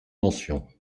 mentions